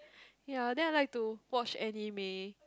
ya then I like to watch anime